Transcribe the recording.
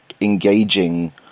engaging